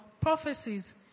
prophecies